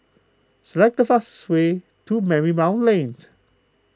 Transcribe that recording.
select the fastest way to Marymount Lane